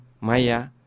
maya